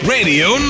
Radio